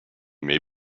may